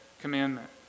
commandment